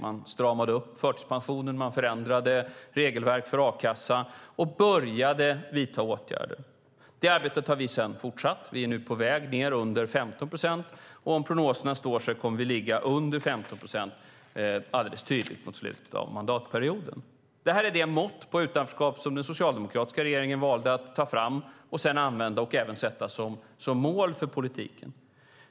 Man stramade upp förtidspensionen, förändrade regelverk för a-kassa och började vidta åtgärder. Det arbetet har vi fortsatt. Vi är nu på väg ned under 15 procent. Om prognoserna står sig kommer vi att ligga under 15 procent alldeles tydligt mot slutet av mandatperioden. Detta är det mått på utanförskap som den socialdemokratiska regeringen valde att ta fram och sedan använda och även sätta som mål för politiken.